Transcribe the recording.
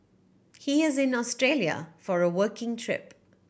he is in Australia for a working trip